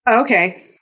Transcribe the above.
Okay